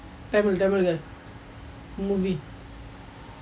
tamil tamil guy movie